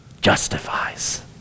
justifies